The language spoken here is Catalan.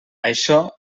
això